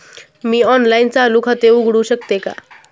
मी online चालू खाते उघडू शकते का?